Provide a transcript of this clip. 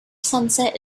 sunset